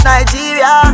Nigeria